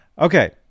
Okay